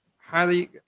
highly